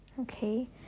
Okay